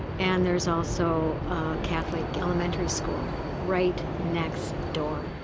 and there's also catholic elementary school right next door.